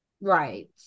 Right